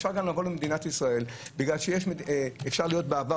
אפשר לבוא למדינת ישראל כי אפשר להיות בעבר